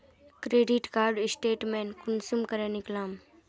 Credit card statement कुंसम करे निकलाम?